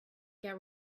get